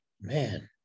man